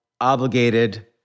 obligated